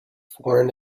foreign